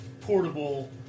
portable